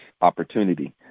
opportunity